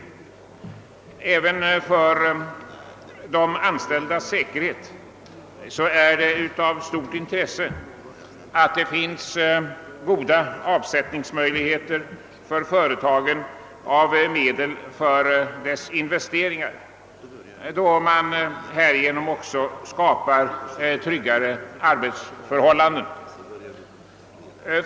Även för de anställdas säkerhet är det av stort intresse att det finns god tillgång för företagen av medel för deras investeringar, då man härigenom också skapar trygga arbetsförhållanden.